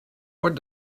what